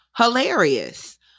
Hilarious